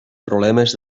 problemes